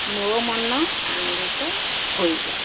ମୋ ମନ ଆନନ୍ଦିତ ହୋଇଯାଏ